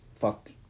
fucked